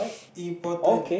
important